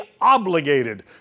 obligated